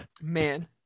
Man